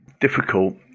difficult